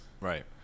Right